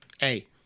hey